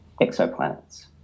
exoplanets